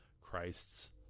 Christ's